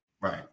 Right